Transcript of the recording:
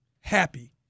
happy